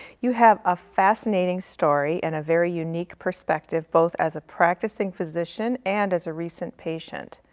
you have a fascinating story and a very unique perspective, both as a practicing physician and as a recent patient.